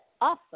awesome